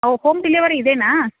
ಓ home delivery ಇದೆಯಾ